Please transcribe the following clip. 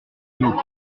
nos